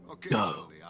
Go